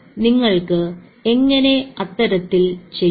അതിനാൽ നിങ്ങൾ എങ്ങനെ അത്തരത്തിൽ ചെയ്യും